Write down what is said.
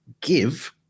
give